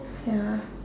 ya